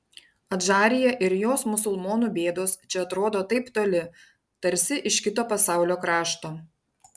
adžarija ir jos musulmonų bėdos čia atrodo taip toli tarsi iš kito pasaulio krašto